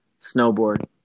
Snowboard